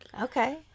okay